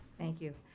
thank you.